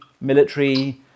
military